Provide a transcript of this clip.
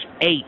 eight